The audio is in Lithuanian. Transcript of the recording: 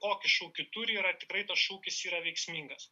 kokį šūkį turi ir ar tikrai tas šūkis yra veiksmingas